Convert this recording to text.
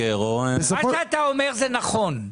מה שאתה אומר הוא נכון.